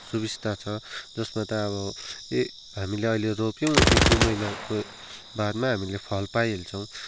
सुबिस्ता छ जसमा त अब ए हामीले अहिले रोप्यौँ एक दुई महिनाको बादमा हामीले फल पाइहाल्छौँ